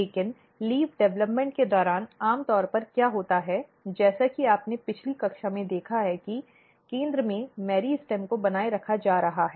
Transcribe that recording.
लेकिन leaf development के दौरान आम तौर पर क्या होता है जैसा कि आपने पिछली कक्षा में देखा है कि केंद्र में मेरिस्टेम को बनाए रखा जा रहा है